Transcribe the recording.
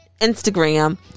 Instagram